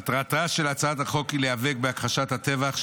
מטרתה של הצעת החוק היא להיאבק בהכחשת הטבח,